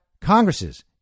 congresses